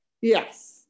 Yes